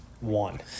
one